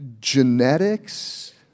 genetics